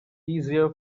easier